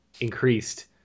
increased